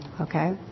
okay